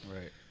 Right